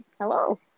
hello